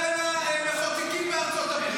מה קורה עם --- מחוקקים בארצות הברית?